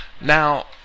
Now